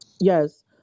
Yes